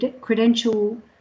credential